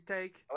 Take